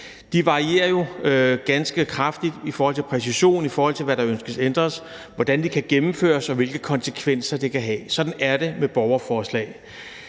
De varierer jo ganske kraftigt i forhold til præcision, i forhold til hvad der ønskes ændret, i forhold til hvordan de kan gennemføres, og i forhold til hvilke konsekvenser de kan have. Sådan er det med borgerforslag.